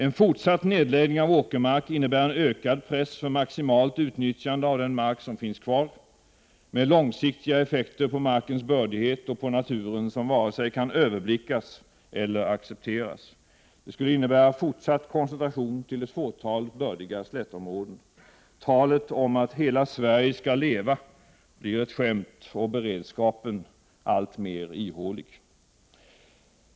En fortsatt nedläggning av åkermark innebär en ökad press i fråga om maximalt utnyttjande av den mark som finns kvar, med sådana långsiktiga effekter på markens bördighet och på naturen som varken kan överblickas eller accepteras. Det skulle innebära fortsatt koncentration till ett fåtal bördiga slättområden. Talet om att ”hela Sverige ska leva” blir ett skämt och beredskapen blir alltmer ihålig.